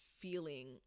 feeling